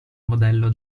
modello